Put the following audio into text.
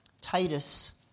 Titus